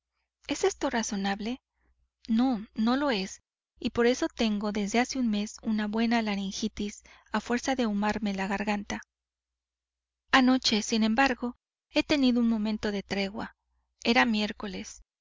es esto razonable no no lo es y por eso tengo desde hace un mes una buena laringitis a fuerza de ahumarme la garganta anoche sin embargo he tenido un momento de tregua era miércoles